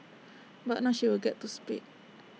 but now she will get to speak